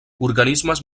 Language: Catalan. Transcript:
organismes